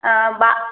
ஆ வா